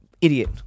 idiot